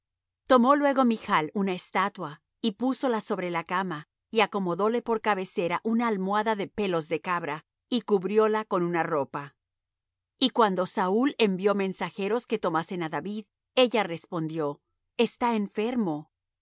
tomó luego michl una estatua y púsola sobre la cama y acomodóle por cabecera una almohada de pelos de cabra y cubrióla con una ropa y cuando saúl envió mensajeros que tomasen á david ella respondió está enfermo